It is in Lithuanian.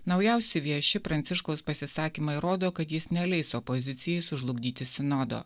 naujausi vieši pranciškaus pasisakymai rodo kad jis neleis opozicijai sužlugdyti sinodo